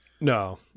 No